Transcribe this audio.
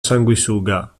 sanguisuga